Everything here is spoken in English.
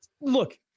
look